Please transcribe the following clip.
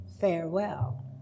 farewell